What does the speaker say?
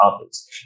others